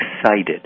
excited